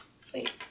Sweet